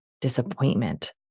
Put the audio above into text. disappointment